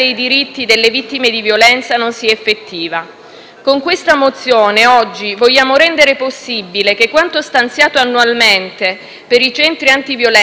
Con questa mozione oggi vogliamo rendere possibile che quanto stanziato annualmente per i centri antiviolenza e le strutture di accoglienza per mamme e minori